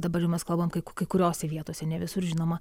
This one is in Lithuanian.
dabar jau mes kalbam kai kai kuriose vietose ne visur žinoma